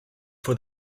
for